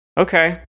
okay